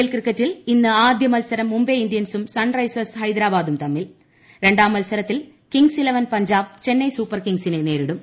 L ക്രിക്കറ്റിൽ ഇന്ന് ആദ്യ മത്സരം മുംബൈ ഇന്ത്യൻസും സൺ റൈസസ് ഹൈദരാബാദും തമ്മിൽ രണ്ടാം മത്സരത്തിൽ Kings Eleven Punjab Chennai Super കിംഗ്സിനെ നേരിടും